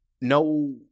no